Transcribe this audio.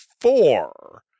four